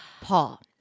Paul